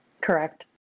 Correct